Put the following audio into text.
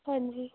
ਹਾਂਜੀ